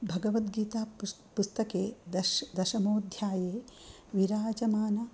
भगवद्गीतापुस् पुस्तके दश् दशमोध्याये विराजमाने